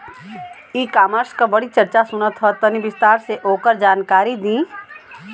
ई कॉमर्स क बड़ी चर्चा सुनात ह तनि विस्तार से ओकर जानकारी दी?